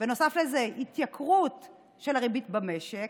בנוסף לזה התייקרות של הריבית במשק,